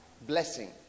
blessing